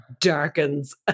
darkens